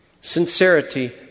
sincerity